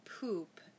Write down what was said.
poop